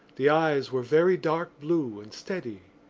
the eyes were very dark blue and steady.